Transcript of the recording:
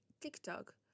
TikTok